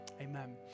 Amen